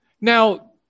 Now